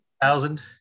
thousand